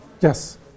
Yes